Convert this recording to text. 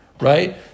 right